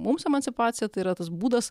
mums emancipacija tai yra tas būdas